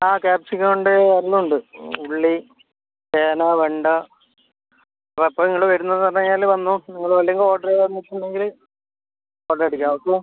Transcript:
ആ കാപ്സിക്കം ഉണ്ട് അതെല്ലാം ഉണ്ട് ഉള്ളി ചേന വെണ്ട അപ്പം എപ്പം നിങ്ങൾ വരുന്നതെന്ന് പറഞ്ഞുകഴിഞ്ഞാൽ വന്നോ നിങ്ങൾ അല്ലെങ്കിൽ ഓർഡർ തന്നിട്ടുണ്ടെങ്കിൽ ഓർഡർ അടിക്കാം ഓക്കെ